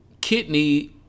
kidney